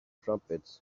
trumpets